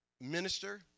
minister